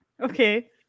Okay